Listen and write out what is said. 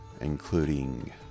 including